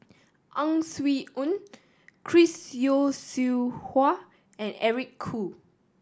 Ang Swee Aun Chris Yeo Siew Hua and Eric Khoo